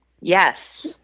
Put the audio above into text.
yes